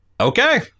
Okay